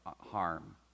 harm